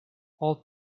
all